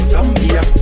Zambia